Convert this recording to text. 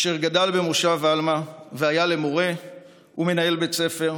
אשר גדל במושב עלמה והיה למורה ומנהל בית ספר.